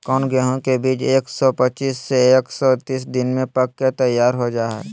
कौन गेंहू के बीज एक सौ पच्चीस से एक सौ तीस दिन में पक के तैयार हो जा हाय?